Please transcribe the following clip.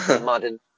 modern